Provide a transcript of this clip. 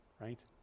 right